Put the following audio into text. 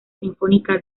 sinfónica